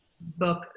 book